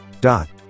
dot